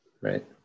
right